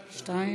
שקיבלנו.